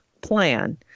plan